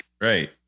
right